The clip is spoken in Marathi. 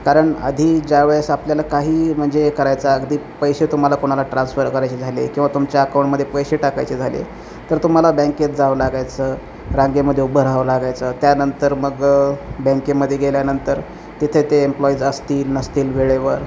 कारण आधी ज्यावेळेस आपल्याला काही म्हणजे करायचं अगदी पैसे तुम्हाला कोणाला ट्रासन्फर करायचे झाले किंवा तुमच्या अकाऊंटमध्ये पैसे टाकायचे झाले तर तुम्हाला बँकेत जावं लागायचं रांगेमध्ये उभं राहावं लागायचं त्यानंतर मग बँकेमध्ये गेल्यानंतर तिथे ते एम्प्लॉईज असतील नसतील वेळेवर